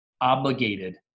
obligated